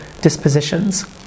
dispositions